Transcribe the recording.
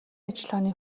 ажиллагааны